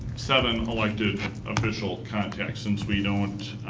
seven of elected official contacts, since we don't,